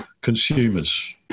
consumers